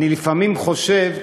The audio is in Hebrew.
אני לפעמים חושב,